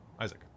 Isaac